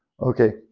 Okay